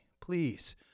please